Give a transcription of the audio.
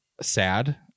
sad